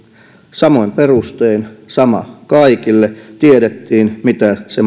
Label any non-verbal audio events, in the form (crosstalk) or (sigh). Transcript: samoin perustein sama kaikille tiedettiin mitä se (unintelligible)